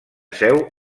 seu